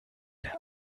der